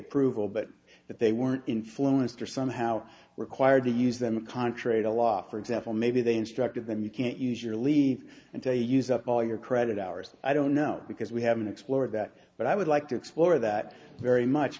approval but that they weren't influenced or somehow required to use them contrary to law for example maybe they instructed them you can't use your leave and to use up all your credit hours i don't know because we haven't explored that but i would like to explore that very much